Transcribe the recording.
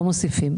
לא מוסיפים.